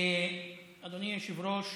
אדוני היושב-ראש,